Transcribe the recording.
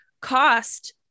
cost